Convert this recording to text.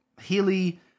Healy